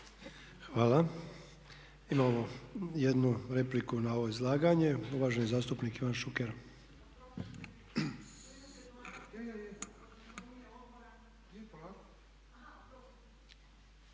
Hvala. Imamo jednu repliku na ovo izlaganje, uvaženi zastupnik Ivan Šuker.